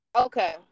Okay